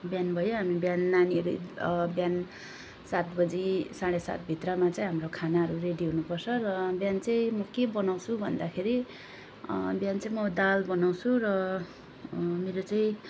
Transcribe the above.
बिहान भयो हामी बिहान नानीहरू एकद बिहान सात बजी साढे सातभित्रमा चाहिँ हाम्रो खानाहरू रेडी हुनुपर्छ र बिहान चाहिँ म के बनाउँछु भन्दाखेरि बिहान चाहिँ म दाल बनाउँछु र मेरो चाहिँ